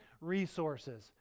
resources